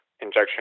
injection